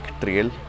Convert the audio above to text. Trail